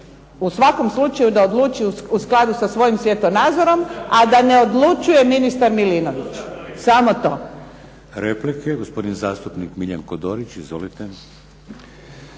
u svakom slučaju, da odluči u skladu sa svojim svjetonazorom, a da ne odlučuje ministar Milinović. Samo to.